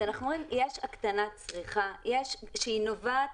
אנחנו רואים שיש הקטנת צריכה שהיא נובעת